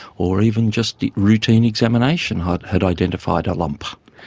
or even just routine examination had had identified a lump.